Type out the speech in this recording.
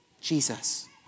Jesus